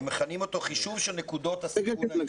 מכנים אותו חישוב של נקודות הסיכון ---,